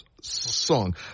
song